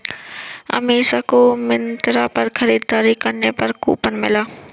अमीषा को मिंत्रा पर खरीदारी करने पर कूपन मिला